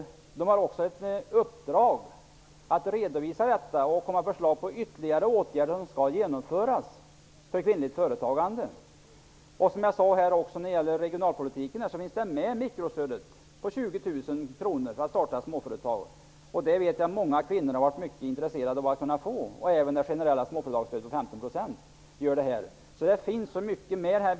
NUTEK har också uppdrag att redovisa och att komma med förslag om ytterligare åtgärder som bör genomföras vad gäller kvinnligt företagande. Vad gäller regionalpolitiken finns ju mikrostödet på 20 000 kr för att starta småföretag. Det stödet har många kvinnor visat stort intresse för. Det generella småföretagarstödet på 15 % bidrar också till intresset -- det finns så mycket på detta område.